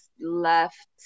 left